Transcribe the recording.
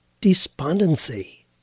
despondency